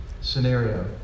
scenario